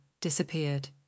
disappeared